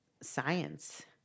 science